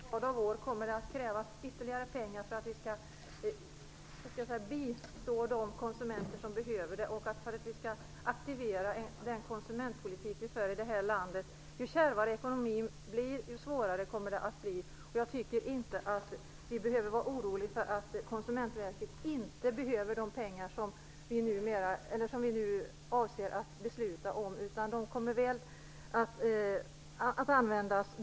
Fru talman! Jag tror att det under en lång rad av år kommer att krävas ytterligare pengar för att vi skall bistå de konsumenter som behöver det och aktivera den konsumentpolitik som förs i det här landet. Ju kärvare ekonomin är, desto svårare kommer det att bli. Vi behöver inte vara oroliga för att Konsumentverket inte behöver de pengar som vi nu avser att fatta beslut om, utan de pengarna kommer väl till användning.